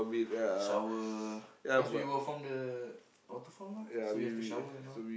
shower cause we were from the waterfall mah so we have to shower and all